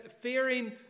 fearing